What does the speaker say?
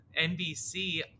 nbc